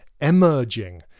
emerging